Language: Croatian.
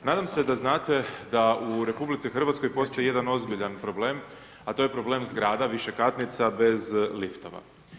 Nadam se da znate da u RH postoji jedan ozbiljan problem, a to je problem zgrada, višekatnica, bez liftova.